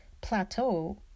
plateau